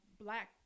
black